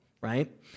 right